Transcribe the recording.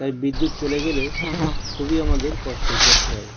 তাই বিদ্যুৎ চলে গেলে খুবই আমাদের কষ্টয় পড়তে হয়